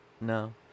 no